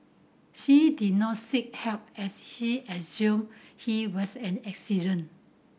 she did not seek help as she assumed it was an accident